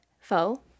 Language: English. Foe